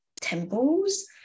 temples